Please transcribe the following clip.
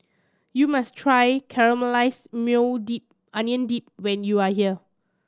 you must try Caramelized Maui Dip Onion Dip when you are here